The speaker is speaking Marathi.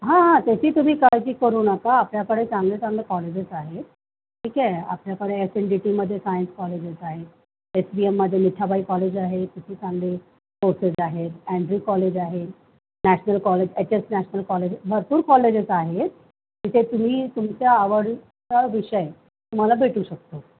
हां हां त्याची तुम्ही काळजी करू नका आपल्याकडे चांगले चांगले कॉलेजेस आहेत ठीक आहे आपल्याकडे एस एन जी टीमध्ये सायन्स कॉलेजेस आहेत एस बी एममध्ये मिठाबाई कॉलेज आहे तिथे चांगले कोर्सेस आहेत अँड्री कॉलेज आहे national college H S national college भरपूर कॉलेजेस आहेत तिथे तुम्ही तुमच्या आवडीचा विषय तुम्हाला भेटू शकतो